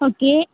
okay